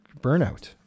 Burnout